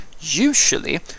usually